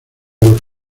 los